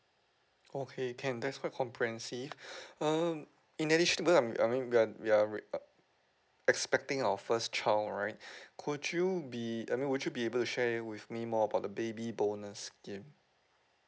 okay can that's quite comprehensive erm in addition because I'm I um uh I mean we are we are uh expecting our first child right could you be uh would you be able to share with me more about the baby bonus scheme